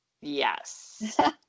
Yes